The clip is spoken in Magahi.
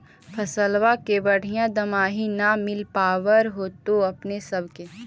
फसलबा के बढ़िया दमाहि न मिल पाबर होतो अपने सब के?